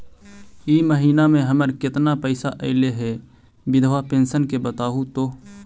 इ महिना मे हमर केतना पैसा ऐले हे बिधबा पेंसन के बताहु तो?